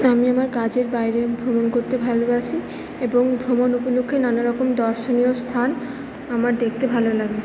আমি আমার কাজের বাইরে ভ্রমণ করতে ভালোবাসি এবং ভ্রমণ উপলক্ষে নানারকম দর্শনীয় স্থান আমার দেখতে ভালো লাগে